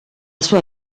sua